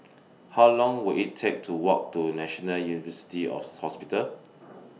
How Long Will IT Take to Walk to National University Hospital